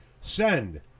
Send